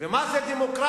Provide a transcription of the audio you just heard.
ומה זה דמוקרטיה,